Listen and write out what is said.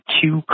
two